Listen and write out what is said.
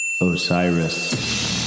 Osiris